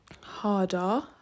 harder